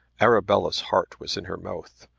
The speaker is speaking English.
arabella's heart was in her mouth,